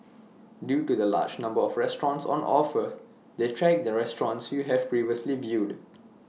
due to the large number of restaurants on offer they track the restaurants you have previously viewed